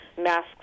masks